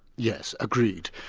yes, agreed.